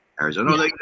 Arizona